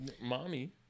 mommy